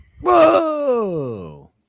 Whoa